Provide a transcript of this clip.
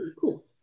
cool